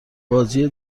بازی